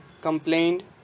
Complained